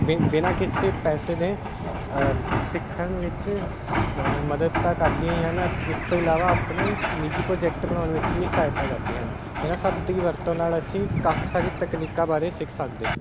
ਬਿਨਾਂ ਕਿਸੇ ਪੈਸੇ ਦੇ ਸਿੱਖਣ ਵਿੱਚ ਮਦਦ ਤਾਂ ਕਰਦੀਆਂ ਹੀ ਹਨ ਇਸ ਤੋਂ ਇਲਾਵਾ ਆਪਣੇ ਨਿਜੀ ਪ੍ਰੋਜੈਕਟ ਬਣਾਉਣ ਵਿੱਚ ਵੀ ਸਹਾਇਤਾ ਕਰਦੀਆਂ ਹਨ ਇਹਨਾਂ ਸਭ ਦੀ ਵਰਤੋਂ ਨਾਲ ਅਸੀਂ ਕਾਫੀ ਸਾਰੀ ਤਕਨੀਕਾਂ ਬਾਰੇ ਸਿੱਖ ਸਕਦੇ ਹਾ